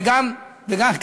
וגם אני.